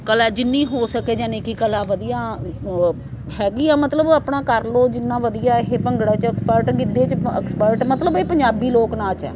ਕਲਾ ਜਿੰਨੀ ਹੋ ਸਕੇ ਯਾਨੀ ਕਿ ਕਲਾ ਵਧੀਆ ਹੈਗੀ ਆ ਮਤਲਬ ਆਪਣਾ ਕਰ ਲਓ ਜਿੰਨਾ ਵਧੀਆ ਇਹ ਭੰਗੜਾ 'ਚ ਐਕਸਪਰਟ ਗਿੱਧੇ 'ਚ ਐਕਸਪਰਟ ਮਤਲਬ ਇਹ ਪੰਜਾਬੀ ਲੋਕ ਨਾਚ ਹੈ